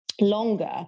longer